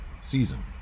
season